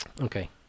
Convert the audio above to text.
Okay